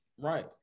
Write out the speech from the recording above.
Right